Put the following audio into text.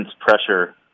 pressure